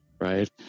Right